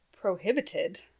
prohibited